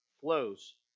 flows